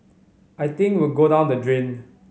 I think we'd go down the drain